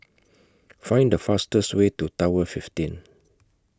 Find The fastest Way to Tower fifteen